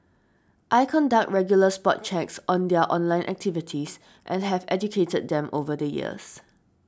I conduct regular spot checks on their online activities and have educated them over the years